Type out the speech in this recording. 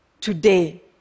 today